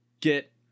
get